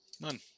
None